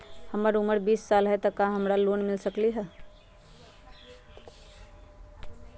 हमर उमर बीस साल हाय का हमरा लोन मिल सकली ह?